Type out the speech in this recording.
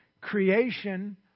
creation